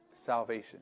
salvation